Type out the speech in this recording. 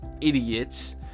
idiots